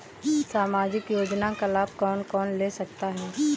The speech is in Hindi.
सामाजिक योजना का लाभ कौन कौन ले सकता है?